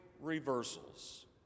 reversals